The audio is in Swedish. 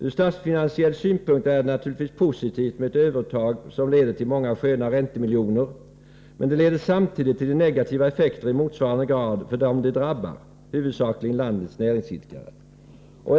Ur statsfinansiell synpunkt är det naturligtvis positivt med ett överuttag som leder till många sköna räntemiljoner, men det leder samtidigt till negativa effekter i motsvarande grad för dem det drabbar — huvudsakligen landets näringsidkare.